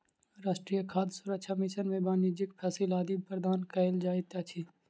राष्ट्रीय खाद्य सुरक्षा मिशन में वाणिज्यक फसिल आदि प्रदान कयल जाइत अछि